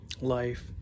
life